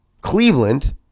Cleveland